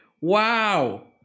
Wow